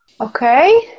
Okay